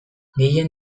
gehien